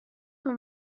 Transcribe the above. طول